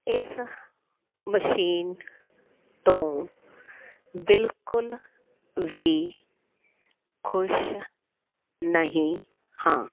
ਇਸ ਮਸ਼ੀਨ ਤੋਂ ਬਿਲਕੁਲ ਵੀ ਖੁਸ਼ ਨਹੀਂ ਹਾਂ